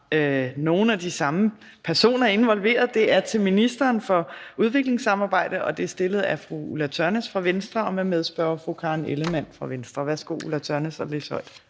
nogle af de samme personer involveret. Det er til ministeren for udviklingssamarbejde, og det er stillet af fru Ulla Tørnæs fra Venstre og med medspørger fru Karen Ellemann fra Venstre. Kl. 14:53 Spm.